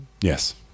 Yes